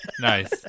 Nice